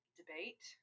debate